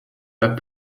pas